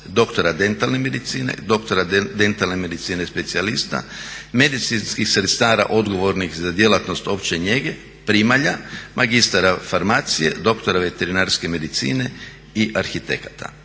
doktora dentalne medicine, doktora dentalne medicine i specijalista, medicinskih sestara odgovornih za djelatnost opće njega, primalja, magistara farmacije, doktora veterinarske medicine i arhitekata.